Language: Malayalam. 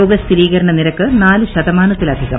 രോഗസ്ഥീരീകരണ നിരക്ക് നാല് ശതമാനത്തിലധികം